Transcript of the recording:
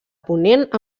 ponent